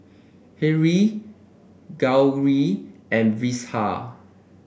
Hri Gauri and Vishal